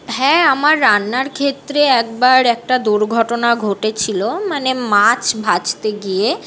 হ্যাঁ আমার রান্নার ক্ষেত্রে একবার একটা দুর্ঘটনা ঘটেছিল মানে মাছ ভাজতে গিয়ে